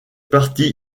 parti